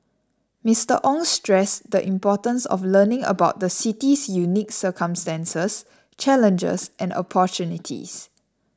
Mr Ong stressed the importance of learning about the city's unique circumstances challenges and opportunities